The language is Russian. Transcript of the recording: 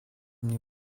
мне